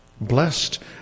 blessed